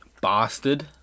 Bastard